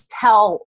tell